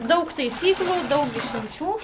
daug taisyklių daug išimčių